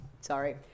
sorry